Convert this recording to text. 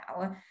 now